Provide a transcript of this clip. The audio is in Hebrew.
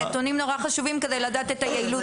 הנתונים נורא חשובים כדי לדעת את היעילות,